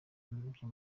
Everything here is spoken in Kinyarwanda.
byo